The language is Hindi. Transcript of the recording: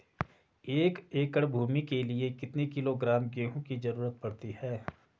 एक एकड़ भूमि के लिए कितने किलोग्राम गेहूँ की जरूरत पड़ती है?